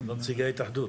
החקלאות.